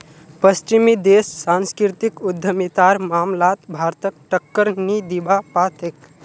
पश्चिमी देश सांस्कृतिक उद्यमितार मामलात भारतक टक्कर नी दीबा पा तेक